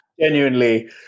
genuinely